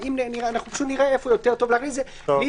אנחנו נראה איפה יותר טוב להכניס את זה בלי